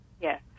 Yes